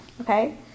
Okay